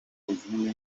izindi